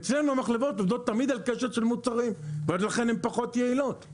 אצלנו המחלבות תמיד עובדות על קשת של מוצרים ולכן הן פחות יעילות,